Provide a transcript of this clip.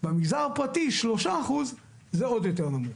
במגזר הפרטי שלושה אחוז זה עוד יותר נמוך.